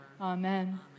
Amen